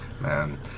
Man